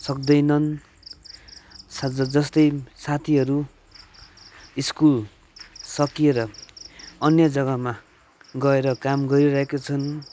सक्दैनन् साझ जस्तै साथीहरू स्कुल सकिएर अन्य जग्गामा गएर काम गरिरहेका छन्